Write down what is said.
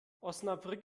osnabrück